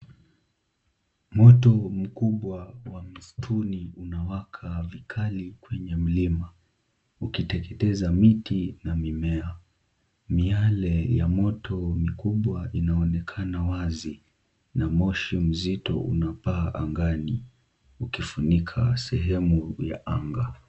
Moto mkubwa wa msituni unawaka vikali kwenye mlima ukiteketeza miti na mimea. Miale ya moto mikubwa inaonekana wazi na moshi mzito unapaa angani ukifunika sehemu ya anga.